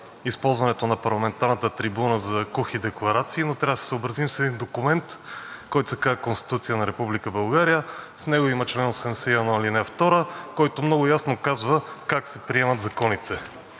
използването на парламентарната трибуна за кухи декларации, но трябва да се съобразим с един документ, който се казва „Конституция на Република България“. В него има чл. 81, ал. 2, който много ясно казва как се приемат законите.